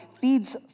feeds